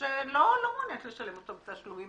לא מעוניינת לשלם אותו בתשלומים.